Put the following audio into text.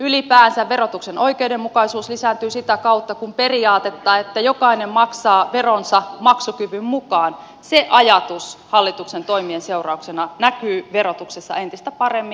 ylipäänsä verotuksen oikeudenmukaisuus lisääntyy sitä kautta kun se periaate että jokainen maksaa veronsa maksukyvyn mukaan hallituksen toimien seurauksena näkyy verotuksessa entistä paremmin